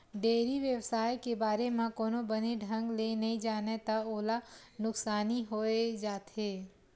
dairy बेवसाय के बारे म कोनो बने ढंग ले नइ जानय त ओला नुकसानी होइ जाथे